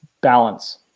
balance